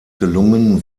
gelungen